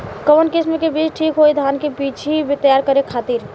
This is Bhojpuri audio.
कवन किस्म के बीज ठीक होई धान के बिछी तैयार करे खातिर?